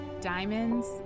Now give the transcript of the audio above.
diamonds